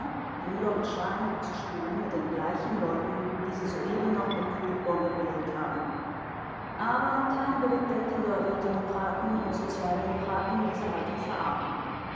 bruder und schwein zu spielen mit den gleichen leuten die sie soeben noch mit kotbomben belegt haben aber kein billig denkender wird demokraten und sozialdemokraten diese haltung verargen